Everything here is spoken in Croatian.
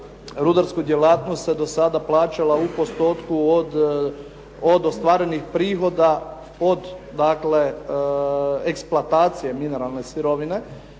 rudarsku djelatnost se do sada plaćala u postotku od ostvarenih prihoda pod dakle eksploatacije mineralne sirovine.